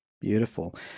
beautiful